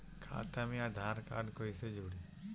खाता मे आधार कार्ड कईसे जुड़ि?